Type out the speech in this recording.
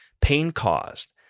pain-caused